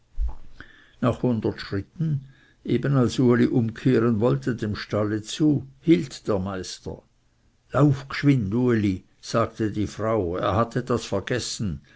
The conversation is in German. nach hundert schritten eben als uli umkehren wollte dem stalle zu hielt der meister lauf gschwing uli sagte die frau er hat etwas vergessen